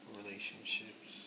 relationships